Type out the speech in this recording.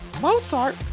Mozart